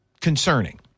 concerning